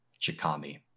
Chikami